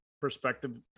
perspective